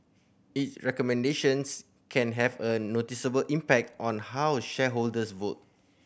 its recommendations can have a noticeable impact on how shareholders vote